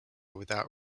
without